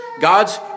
God's